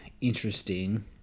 interesting